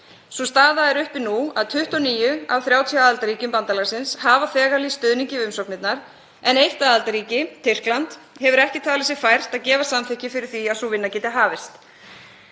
Sú staða er uppi nú að 29 af 30 aðildarríkjum bandalagsins hafa þegar lýst stuðningi við umsóknirnar en eitt aðildarríki, Tyrkland, hefur ekki talið sér fært að gefa samþykki fyrir því að sú vinna geti hafist.